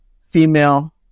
female